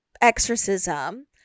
exorcism